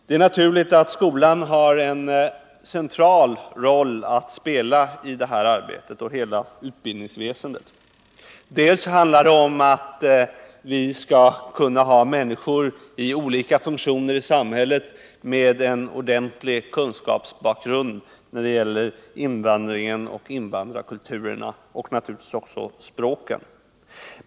Det är naturligt att skolan har en central roll att spela i detta arbete och i hela utbildningsväsendet. Det handlar om att vi skall kunna ha människor i olika funktioner i samhället med en ordentlig kunskapsbakgrund när det gäller invandringen, invandrarkulturerna och naturligtvis också språken.